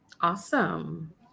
Awesome